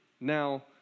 Now